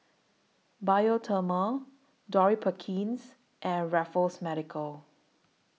Bioderma Dorothy Perkins and Raffles Medical